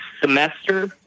semester